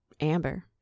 Amber